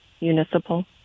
municipal